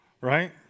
right